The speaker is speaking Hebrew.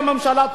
הממשלה,